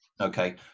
Okay